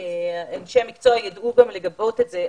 אנשי המקצוע ידעו גם לגבות את זה.